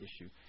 issue